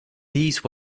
these